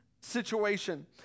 situation